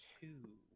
two